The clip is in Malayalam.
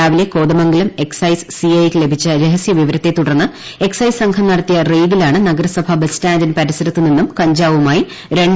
രാവിലെ കോതമംഗലം എക്സൈസ് സി ഐ ക്ക് ലഭിച്ച രഹസ്യവിവരത്തെ തുടർന്ന് എക്സൈസ് സംഘം നടത്തിയ റെയ്ഡിലാണ് നഗരസഭ ബസ് സ്റ്റാൻഡ് പരിസരത്ത് നിന്നും കുഞ്ചാവുമായി രണ്ടുപേരെ പിടികൂടിയത്